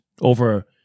over